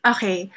Okay